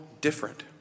different